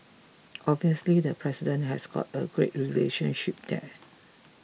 obviously the president has got a great relationship there